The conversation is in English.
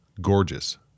gorgeous